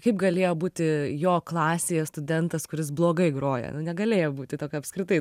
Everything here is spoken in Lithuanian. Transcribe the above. kaip galėjo būti jo klasėje studentas kuris blogai groja nu negalėjo būti tokio apskritai